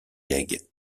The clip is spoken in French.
legs